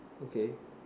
okay